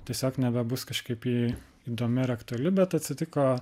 tiesiog nebebus kažkaip ji įdomi ir aktuali bet atsitiko